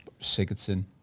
Sigurdsson